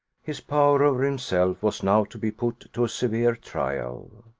his power over himself was now to be put to a severe trial.